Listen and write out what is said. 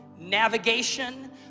navigation